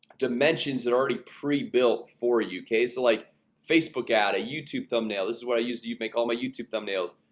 dimensions that are already pre-built for you, okay, so like facebook add a youtube thumbnail. this is what i use do you make all my youtube thumbnails?